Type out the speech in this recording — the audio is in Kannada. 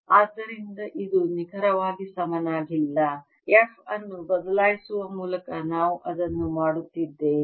ಆದ್ದರಿಂದ ಇದು ನಿಖರವಾಗಿ ಸಮನಾಗಿಲ್ಲ f ಅನ್ನು ಬದಲಾಯಿಸುವ ಮೂಲಕ ನಾವು ಇದನ್ನು ಮಾಡುತ್ತಿದ್ದೇವೆ